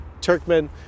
Turkmen